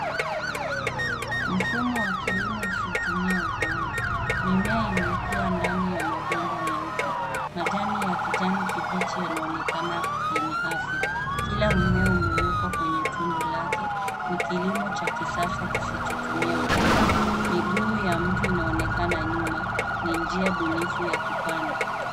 Mfumo wa kilimo usiotumia udongo. Mimea imekua ndani ya mabomba meupe. Majani ya kijani kibichi yanaonekana yenye afya. Kila mmea umewekwa kwenye tundu lake. Ni kilimo cha kisasa kisichotumia udongo. Miguu ya mtu inaonekana nyuma. Ni njia bunifu ya kupanda.